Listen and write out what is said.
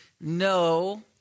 no